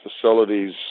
facilities